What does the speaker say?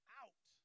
out